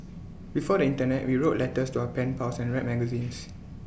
before the Internet we wrote letters to our pen pals and read magazines